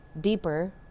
deeper